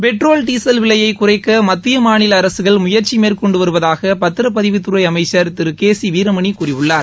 petrol diesel விலையை குறைக்க மத்திய மாநில அரசுகள் முயற்சி மேற்கொண்டு வருவதாக பத்திரப்பதிவுத்துறை அமைச்சர் திரு கே சி வீரமணி கூறியுள்ளார்